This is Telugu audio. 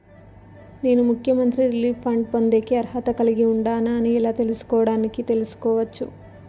నేను ముఖ్యమంత్రి రిలీఫ్ ఫండ్ పొందేకి అర్హత కలిగి ఉండానా అని ఎలా తెలుసుకోవడానికి తెలుసుకోవచ్చు